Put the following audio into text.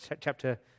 chapter